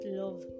love